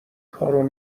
کارو